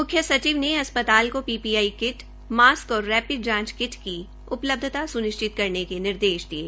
मुख्य सचिव ने अस्पताल को पीपीई किट मास्क और रेपिड जांच किट की उपलब्यता सुनिश्चित करने के निर्देश दिये